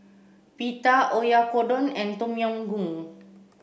Pita Oyakodon and Tom Yam Goong